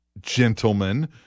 gentlemen